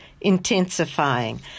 intensifying